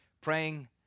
praying